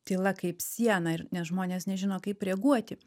tyla kaip siena ir nes žmonės nežino kaip reaguoti